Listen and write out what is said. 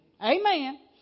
Amen